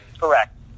Correct